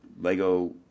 Lego